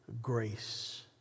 grace